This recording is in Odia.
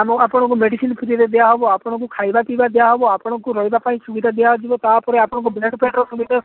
ଆମ ଆପଣଙ୍କୁ ମେଡିସିନ୍ ଫ୍ରିରେ ଦିଆହେବ ଆପଣଙ୍କୁ ଖାଇବା ପିଇବା ଦିଆହେବ ଆପଣଙ୍କୁ ରହିବା ପାଇଁ ସୁବିଧା ଦିଆଯିବ ତାପରେ ଆପଣଙ୍କ ବେଡ୍ ଫେଡ୍ର ସୁବିଧା